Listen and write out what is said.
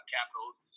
Capitals